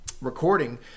recording